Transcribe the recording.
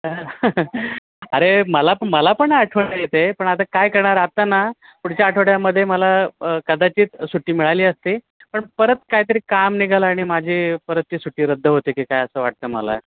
अरे मला पण मला पण आठवण येते पण आता काय करणार आता ना पुढच्या आठवड्यामध्ये मला कदाचित सुट्टी मिळाली असती पण परत कायतरी काम निघालं आणि माझी परतची सुट्टी रद्द होते की काय असं वाटतं मला